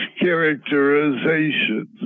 characterizations